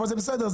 אבל בסדר.